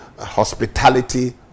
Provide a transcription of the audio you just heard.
hospitality